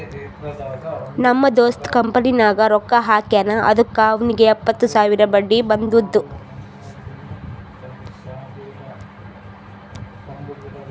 ನಮ್ ದೋಸ್ತ ಕಂಪನಿನಾಗ್ ರೊಕ್ಕಾ ಹಾಕ್ಯಾನ್ ಅದುಕ್ಕ ಅವ್ನಿಗ್ ಎಪ್ಪತ್ತು ಸಾವಿರ ಬಡ್ಡಿ ಬಂದುದ್